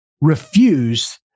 refuse